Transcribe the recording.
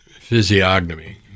physiognomy